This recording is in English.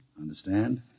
Understand